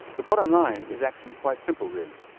the bottom line is actually quite simple really.